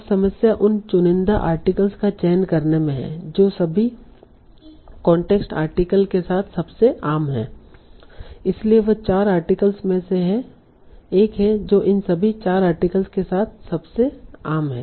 अब समस्या उन चुनिंदा आर्टिकल्स का चयन करने में है जो सभी कांटेक्स्ट आर्टिकल्स के साथ सबसे आम हैं इसलिए वह चार आर्टिकल्स में से एक है जो इन सभी चार आर्टिकल्स के साथ सबसे आम है